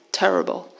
terrible